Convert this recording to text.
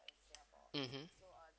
mmhmm